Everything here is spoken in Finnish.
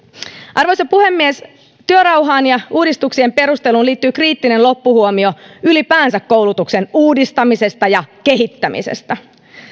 arvoisa puhemies työrauhaan ja uudistuksien perusteluun liittyy kriittinen loppuhuomio ylipäänsä koulutuksen uudistamisesta ja kehittämisestä